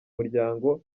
muryango